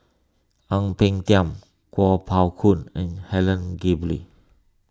Ang Peng Tiam Kuo Pao Kun and Helen Gilbey